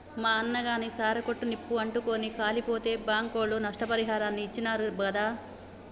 మా అన్నగాని సారా కొట్టు నిప్పు అంటుకుని కాలిపోతే బాంకోళ్లు నష్టపరిహారాన్ని ఇచ్చినారు గాదా